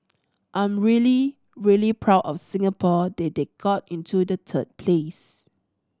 I'm really really proud of Singapore that they got into the third place